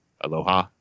Aloha